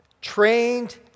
trained